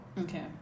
Okay